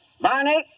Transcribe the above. Barney